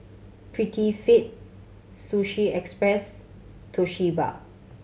Prettyfit Sushi Express Toshiba